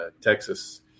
Texas